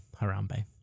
Harambe